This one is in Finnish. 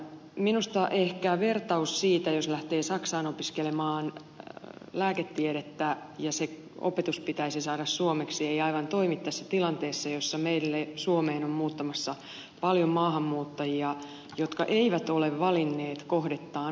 minusta ehkä vertaus siitä että jos lähtee saksaan opiskelemaan lääketiedettä opetus pitäisi saada suomeksi ei aivan toimi tässä tilanteessa jossa meille suomeen on muuttamassa paljon maahanmuuttajia jotka eivät ole valinneet kohdettaan vapaaehtoisesti